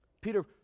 Peter